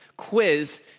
quiz